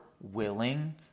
willing